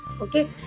okay